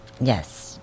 Yes